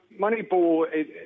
Moneyball